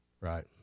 Right